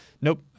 Nope